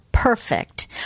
perfect